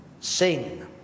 sing